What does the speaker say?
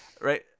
right